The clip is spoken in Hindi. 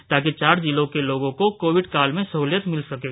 ताकि चार जिलों के लोगों को कोविड काल में सहूलियत मिल सकें